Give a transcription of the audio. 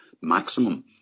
maximum